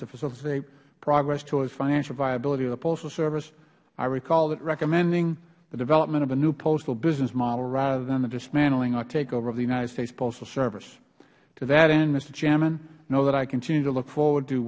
to facilitate progress towards financial viability of the postal service i recall it recommending the development of a new postal business model rather than the dismantling or takeover of the united states postal service to that end mister chairman know that i continue to look forward to